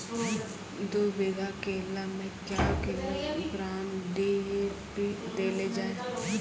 दू बीघा केला मैं क्या किलोग्राम डी.ए.पी देले जाय?